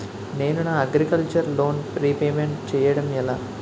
నేను నా agriculture loan repayment చేయడం ఎలా?